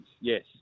yes